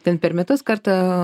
ten per metus kartą